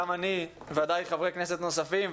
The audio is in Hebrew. גם אני ובוודאי חברי כנסת נוספים,